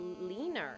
leaner